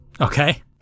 Okay